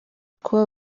kuba